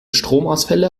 stromausfälle